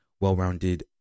well-rounded